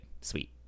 sweet